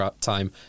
time